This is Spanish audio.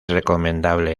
recomendable